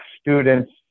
students